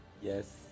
Yes